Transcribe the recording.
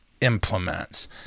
implements